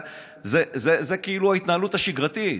זו כאילו ההתנהלות השגרתית.